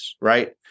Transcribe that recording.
right